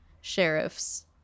sheriffs